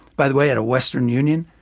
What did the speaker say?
by the way, at a western union,